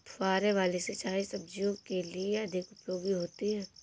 फुहारे वाली सिंचाई सब्जियों के लिए अधिक उपयोगी होती है?